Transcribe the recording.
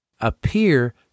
appear